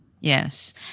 Yes